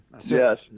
Yes